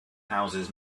houses